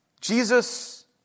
Jesus